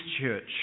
church